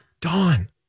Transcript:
Dawn